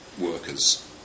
workers